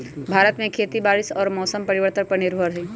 भारत में खेती बारिश और मौसम परिवर्तन पर निर्भर हई